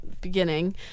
beginning